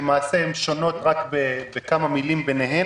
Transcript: כשלמעשה הן שונות רק בכמה מילים ביניהן,